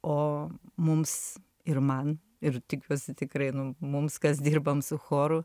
o mums ir man ir tikiuosi tikrai nu mums kas dirbam su choru